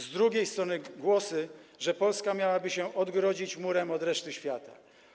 Z drugiej strony głosy, że Polska miałaby się odgrodzić murem od reszty świata.